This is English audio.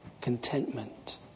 contentment